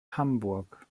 hamburg